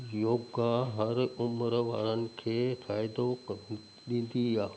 योगा हर उमिरि वारनि खे फ़ाइदो कं ॾींदी आहे